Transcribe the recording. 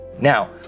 Now